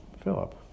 Philip